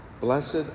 Blessed